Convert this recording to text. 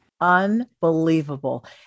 Unbelievable